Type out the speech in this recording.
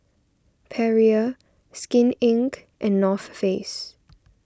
Perrier Skin Inc and North Face